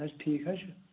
اَہَن حظ ٹھیٖک حظ چھُ